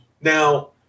Now